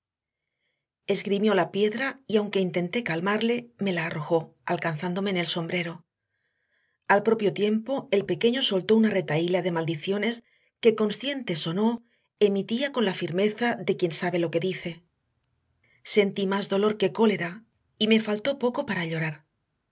esgrimió la piedra y aunque intenté calmarle me la arrojó alcanzándome en el sombrero al propio tiempo el pequeño soltó una retahíla de maldiciones que conscientes o no emitía con la firmeza de quien sabe lo que dice sentí más dolor que cólera y me faltó poco para llorar